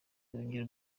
yongere